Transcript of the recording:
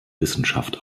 wissenschaft